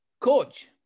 Coach